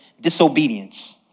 disobedience